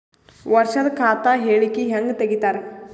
ವರ್ಷದ ಖಾತ ಅದ ಹೇಳಿಕಿ ಹೆಂಗ ತೆಗಿತಾರ?